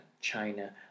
China